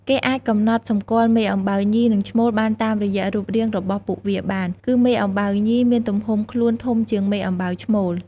គេអាចកំណត់សម្គាល់មេអំបៅញី និងឈ្មោលបានតាមរយៈរូបរាងរបស់ពួកវាបាន គឺមេអំបៅញី មានទំហំខ្លួនធំជាងមេអំបៅឈ្មោល។